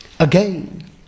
Again